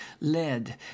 led